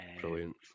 Brilliant